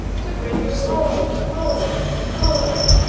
to bring you home, home, home!